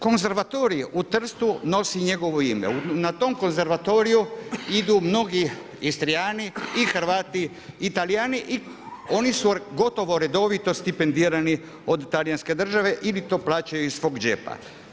Konzervatorij u Trstu nosi u njegovo ime, na tom konzervatoriju idu mnogi Istrijani i Hrvati i Talijan i oni su gotovo redovito stipendirani od talijanske države ili to plaćaju iz svog džepa.